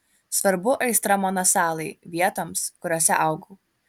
svarbu aistra mano salai vietoms kuriose augau